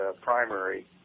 primary